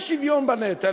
יש שוויון בנטל,